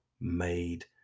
made